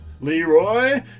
Leroy